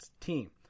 team